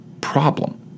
problem